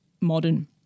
Modern